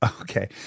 Okay